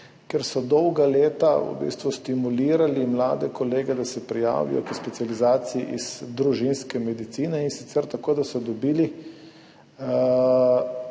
kjer so dolga leta stimulirali mlade kolege, da se prijavijo k specializaciji iz družinske medicine, in sicer tako, da so dobili